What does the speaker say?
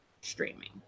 streaming